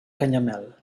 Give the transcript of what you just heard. canyamel